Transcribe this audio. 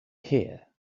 here